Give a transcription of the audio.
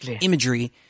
imagery